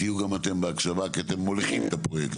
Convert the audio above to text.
תהיו גם אתם בהקשבה כי אתם מובילים את הפרויקטים,